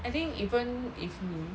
I think even if 你